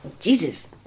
Jesus